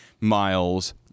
miles